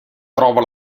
trova